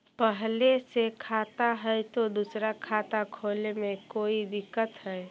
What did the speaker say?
पहले से खाता है तो दूसरा खाता खोले में कोई दिक्कत है?